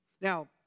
Now